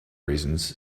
reasons